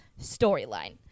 storyline